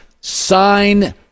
sign